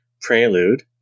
prelude